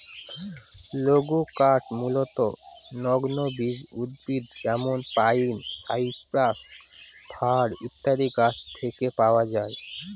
লঘুকাঠ মূলতঃ নগ্নবীজ উদ্ভিদ যেমন পাইন, সাইপ্রাস, ফার ইত্যাদি গাছের থেকে পাওয়া যায়